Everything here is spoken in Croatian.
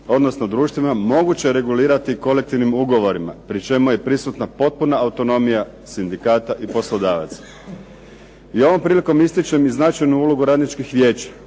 odnosno društvima moguće je regulirati kolektivnim ugovorima pri čemu je prisutna potpuna autonomija sindikata i poslodavaca. I ovom prilikom ističem značajnu ulogu radničkih vijeća